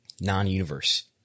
non-universe